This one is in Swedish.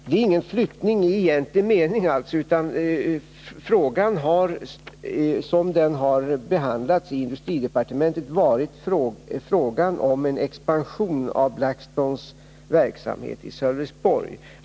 Det är ingen flyttning i egentlig mening, utan den fråga som har behandlats i industridepartementet har berört expansionen av Blackstones verksamhet i Sölvesborg.